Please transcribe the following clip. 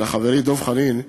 ולחברי דב חנין,